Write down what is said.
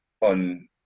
on